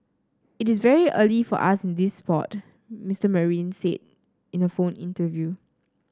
it's very early for us in sport Mister Marine said in a phone interview